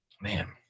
Man